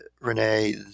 Renee